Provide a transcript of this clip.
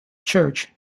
church